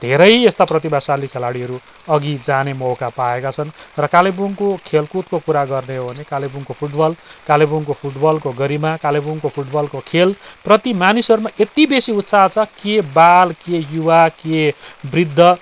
धेरै यस्ता प्रतिभाशाली खेलाडीहरू अघि जाने मौका पाएका छन् र कालेबुङको खेलकुदको कुरा गर्ने हो भने कालेबुङको फुटबल कालेबुङको फुटबलको गरिमा कालेबुङको फुटबलको खेलप्रति मानिसहरूमा यति बेसी उत्साह छ कि के बाल के युवा के वृद्ध